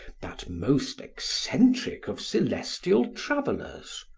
that most eccentric of celestial travelers?